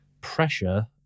pressure